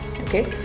okay